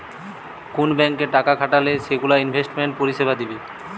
কুন ব্যাংকে টাকা খাটালে সেগুলো ইনভেস্টমেন্ট পরিষেবা দিবে